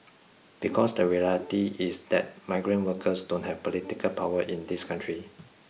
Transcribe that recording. because the reality is that migrant workers don't have political power in this country